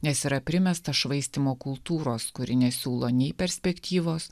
nes yra primesta švaistymo kultūros kuri nesiūlo nei perspektyvos